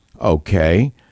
Okay